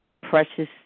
precious